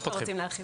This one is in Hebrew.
להרחיב.